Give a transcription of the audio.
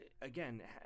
again